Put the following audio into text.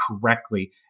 correctly